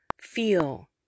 feel